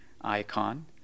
icon